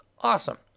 awesome